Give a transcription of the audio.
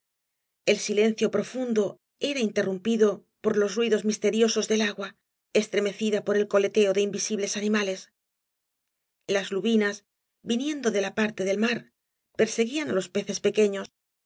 el silencio profundo era interrumpido por los ruidos misteriosos del agua estremecida por el coleteo de invisibles animales las lubinas viniendo de la parte del mar perseguían á los peces pequeños y